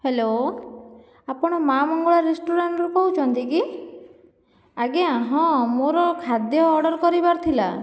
hello ଆପଣ ମାଁ ମଙ୍ଗଳା ରେଷ୍ଟୁରାଣ୍ଟରୁ କହୁଛନ୍ତି କି ଆଜ୍ଞା ହଁ ମୋର ଖାଦ୍ୟ ଅର୍ଡ଼ର କରିବାର ଥିଲା